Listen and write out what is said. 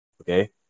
Okay